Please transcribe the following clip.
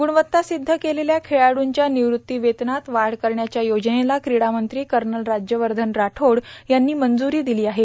ग्रणवत्ता सिद्ध केलेल्या खेळाडूंच्या निवृत्ती वेतनात वाढ करण्याच्या योजनेला कीडामंत्री कर्नल राज्यवर्धन राठोड यांनी मंजूरी दिली आहे